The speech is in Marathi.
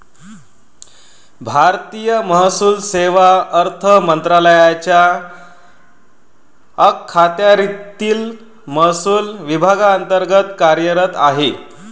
भारतीय महसूल सेवा अर्थ मंत्रालयाच्या अखत्यारीतील महसूल विभागांतर्गत कार्यरत आहे